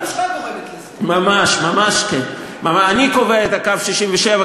מכיוון שאין הסדר.